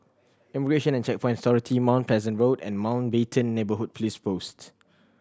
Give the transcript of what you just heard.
Immigration and Checkpoints Authority Mount Pleasant Road and Mountbatten Neighbourhood Police Post